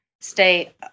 stay